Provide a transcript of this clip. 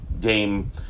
game